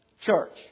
church